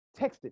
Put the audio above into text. texted